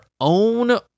own